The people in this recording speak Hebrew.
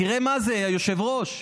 תראה מה זה, היושב-ראש,